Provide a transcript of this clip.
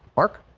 mark